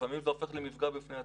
לפעמים זה הופך למפגע בפני עצמו,